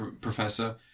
professor